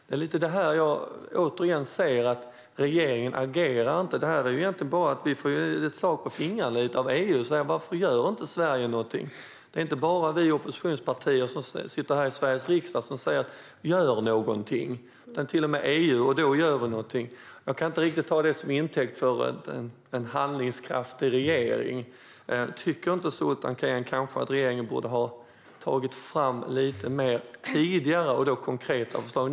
Det är lite grann det här som jag återigen ser; regeringen agerar inte. Detta är egentligen bara ett slag på fingrarna av EU. Varför gör inte Sverige någonting? Det är alltså inte bara vi i oppositionspartierna som sitter här i Sveriges riksdag som säger: Gör någonting! Till och med EU säger det, och först då gör ni någonting. Jag kan inte riktigt ta det till intäkt för en handlingskraftig regering. Tycker inte Sultan Kayhan att regeringen borde ha tagit fram lite mer, lite tidigare och kanske lite mer konkreta förslag?